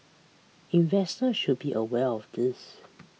investor should be aware of this